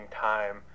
time